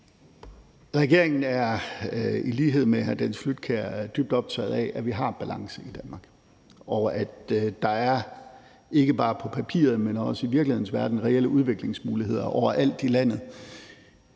dybt optaget af, at vi har balance i Danmark, og at der er – ikke bare på papiret, men også i virkelighedens verden – reelle udviklingsmuligheder overalt i landet